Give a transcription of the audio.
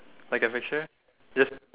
like a picture just